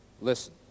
Listen